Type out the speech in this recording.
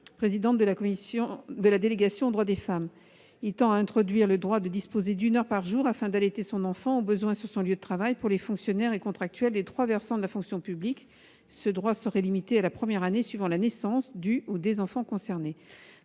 présidente de la délégation sénatoriale aux droits des femmes. Il introduit le droit de disposer d'une heure par jour afin d'allaiter son enfant, au besoin sur son lieu de travail, pour les fonctionnaires et contractuels des trois versants de la fonction publique. Ce droit serait limité à la première année suivant la naissance du ou des enfants concernés.